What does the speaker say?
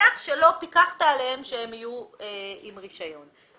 בכך שלא פיקחת עליהם שהם יהיו עם רישיון.